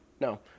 No